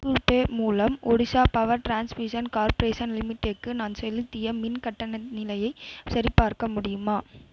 Google pay மூலம் Odisha power transmission corporation லிமிடெட்க்கு நான் செலுத்திய மின் கட்டண நிலையைச் சரிபார்க்க முடியுமா